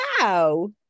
wow